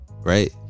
Right